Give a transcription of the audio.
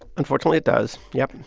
unfortunately, it does. yep. and